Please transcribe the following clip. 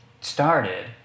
started